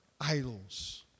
Idols